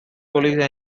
colleagues